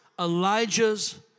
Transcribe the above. Elijah's